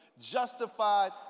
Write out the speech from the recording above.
Justified